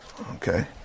Okay